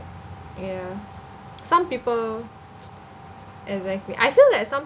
ya some people exactly I feel like some